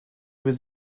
was